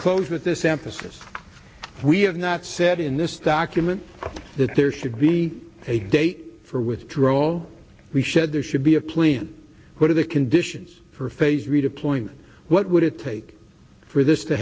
close with this emphasis we have not said in this document that there should be a date for withdrawal we said there should be a plan what are the conditions for a phased redeployment what would it take for this to